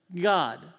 God